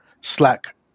slack